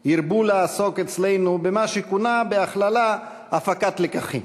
הרבו לעסוק אצלנו במה שכונה בהכללה "הפקת לקחים".